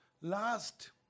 Last